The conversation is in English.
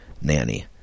nanny